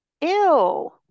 Ew